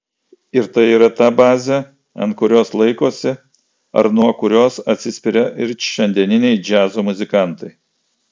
ir tai yra ta bazė ant kurios laikosi ar nuo kurios atsispiria ir šiandieniniai džiazo muzikantai